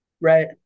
Right